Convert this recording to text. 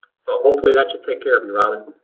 so hopefully that should take care of you, robin.